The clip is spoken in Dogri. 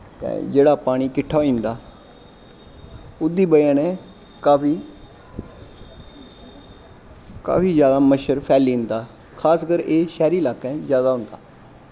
तां जेह्ड़ा पानी किट्ठा होई जंदा ओह्दी बजह नै काफी काफी जैदा मच्छर फैली जंदा खासकर एह् शैह्री लाकें जैदा होंदा